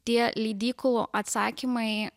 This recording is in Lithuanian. tie leidyklų atsakymai